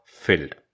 filled